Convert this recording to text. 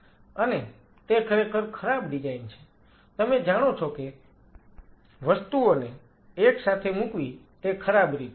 અને તે ખરેખર ખરાબ ડિઝાઇન છે તમે જાણો છો કે વસ્તુઓને એકસાથે મુકવી તે ખરાબ રીત છે